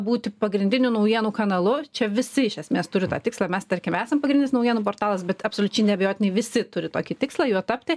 būti pagrindiniu naujienų kanalu čia visi iš esmės turi tą tikslą mes tarkim esam pagrindinis naujienų portalas bet absoliučiai neabejotinai visi turi tokį tikslą juo tapti